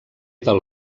del